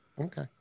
Okay